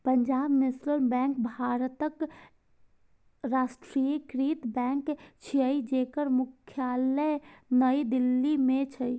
Punjab national bank भारतक राष्ट्रीयकृत बैंक छियै, जेकर मुख्यालय नई दिल्ली मे छै